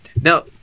Now